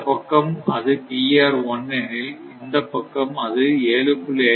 இந்தப்பக்கம் அது எனில் இந்த பக்கம் அது 7